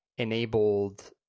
enabled